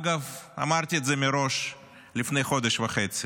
אגב, אמרתי את זה מראש לפני חודש וחצי.